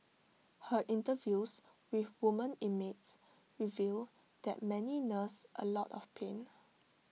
her interviews with women inmates reveal that many nurse A lot of pain